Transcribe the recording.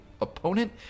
opponent